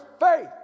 faith